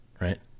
right